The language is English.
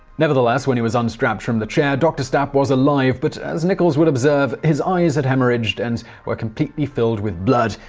nevertheless, when he was unstrapped from the chair, dr. stapp was alive, but as nichols would observe, his eyes had hemorrhaged and were completely filled with blood.